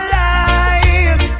life